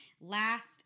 last